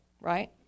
right